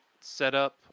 setup